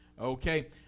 Okay